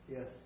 Yes